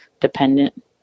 dependent